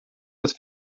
das